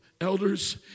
elders